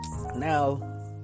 now